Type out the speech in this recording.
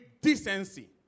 decency